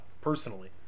personally